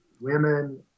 women